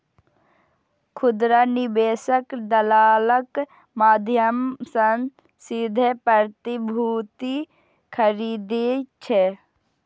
खुदरा निवेशक दलालक माध्यम सं सीधे प्रतिभूति खरीदै छै